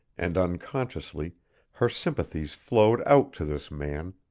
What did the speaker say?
and unconsciously her sympathies flowed out to this man,